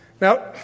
Now